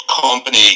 company